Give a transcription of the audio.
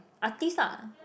artist lah